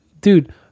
dude